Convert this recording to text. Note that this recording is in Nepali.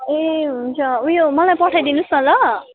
ए हुन्छ उयो मलाई पठाइदिनुहोस् न ल